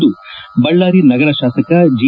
ಎಂದು ಬಳ್ಳಾರಿ ನಗರ ಶಾಸಕ ಜಿ